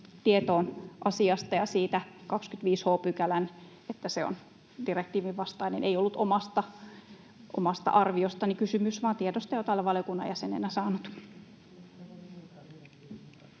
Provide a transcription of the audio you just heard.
tietoon asiasta, että 25 h § on direktiivin vastainen. Ei ollut omasta arviostani kysymys, vaan tiedosta, jota olen valiokunnan jäsenenä saanut.